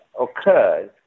occurs